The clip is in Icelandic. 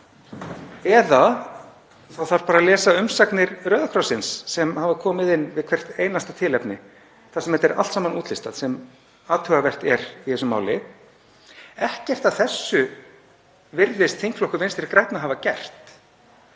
eða bara lesa umsagnir Rauða krossins sem hafa komið inn við hvert einasta tilefni þar sem allt er útlistað sem athugavert er í þessu máli. Ekkert af þessu virðist þingflokkur Vinstri grænna hafa gert.